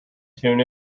tune